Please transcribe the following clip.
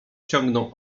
ciągnął